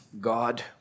God